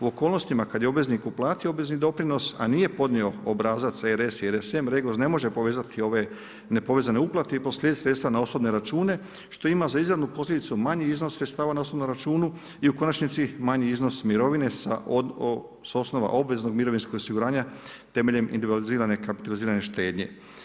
U okolnostima kad je obveznik uplatio obvezni doprinos a nije podnio obrazac RS i RSM, REGOS ne može povezati ove nepovezane uplate i proslijediti sredstva na osobne računa što ima za izravnu posljedicu manji iznos sredstava na osobne račune i u konačnici manji iznos mirovine sa osnova obveznog mirovinskog osiguranja temeljem individualizirane i kapitalizirane štednje.